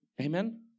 Amen